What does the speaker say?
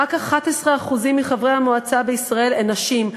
רק 11% מחברי המועצה בישראל הם נשים,